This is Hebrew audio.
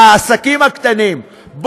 והעסקים הקטנים,